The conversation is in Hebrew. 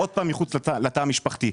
עוד פעם, מחוץ לתא המשפחתי.